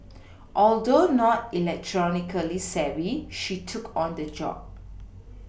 although not electronically savvy she took on the job